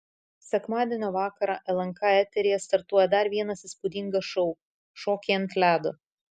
sekmadienio vakarą lnk eteryje startuoja dar vienas įspūdingas šou šokiai ant ledo